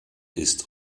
ist